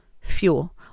fuel